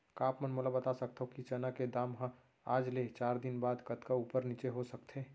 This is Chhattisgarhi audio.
का आप मन मोला बता सकथव कि चना के दाम हा आज ले चार दिन बाद कतका ऊपर नीचे हो सकथे?